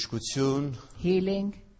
Healing